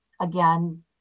again